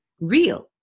real